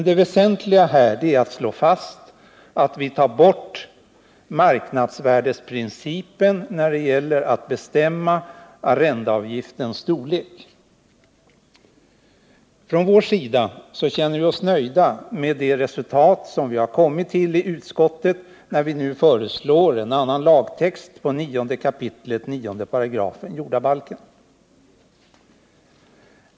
Det väsentliga är att slå fast att vi tar bort marknadsvärdesprincipen när det gäller att bestämma arrendeavgiftens storlek. Från vår sida känner vi oss nöjda med det resultat som vi har kommit fram till i utskottet, när vi nu föreslår en annan lagtext i 9 kap. 9 § jordabalken.